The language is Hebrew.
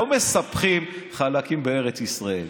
לא מספחים חלקים בארץ ישראל.